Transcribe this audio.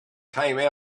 came